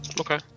Okay